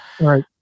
right